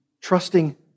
trusting